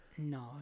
No